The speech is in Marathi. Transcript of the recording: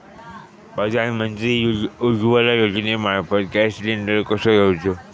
प्रधानमंत्री उज्वला योजनेमार्फत गॅस सिलिंडर कसो घेऊचो?